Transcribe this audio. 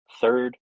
third